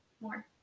more